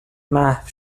محو